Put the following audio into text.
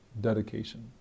dedication